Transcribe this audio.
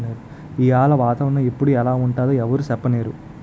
ఈయాల వాతావరణ ఎప్పుడు ఎలా ఉంటుందో ఎవరూ సెప్పనేరు